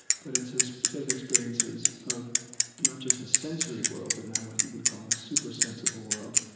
but it's a set of experiences of not just a sensory world but now what he would call a super-sensible world.